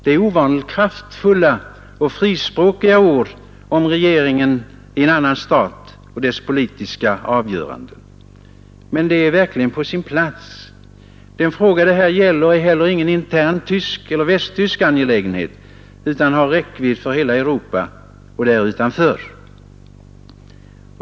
Det är ovanligt kraftfulla och frispråkiga ord av regeringen om en annan stats politiska avgöranden. Men de är verkligen på sin plats. Den fråga det här gäller är heller ingen intern västtysk angelägenhet utan har räckvidd för hela Europa och därutanför.